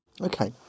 Okay